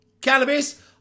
cannabis